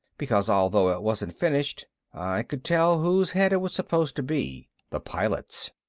because although it wasn't finished i could tell whose head it was supposed to be the pilot's.